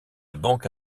banque